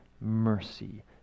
mercy